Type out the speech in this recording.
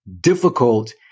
difficult